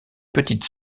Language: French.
petite